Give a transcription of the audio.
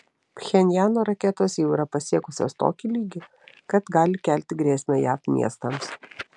pchenjano raketos jau yra pasiekusios tokį lygį kad gali kelti grėsmę jav miestams